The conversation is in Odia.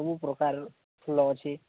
ସବୁ ପ୍ରକାରର ଫୁଲ ଅଛି